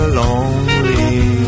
lonely